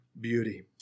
beauty